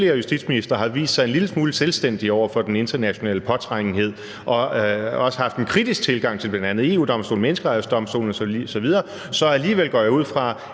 justitsministre har vist sig en lille smule selvstændig over for den internationale påtrængenhed og også har haft en kritisk tilgang til bl.a. EU-Domstolen, Menneskerettighedsdomstolen osv., er jo så alligevel, går jeg ud fra,